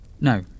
No